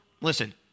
Listen